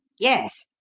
yes,